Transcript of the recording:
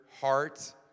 heart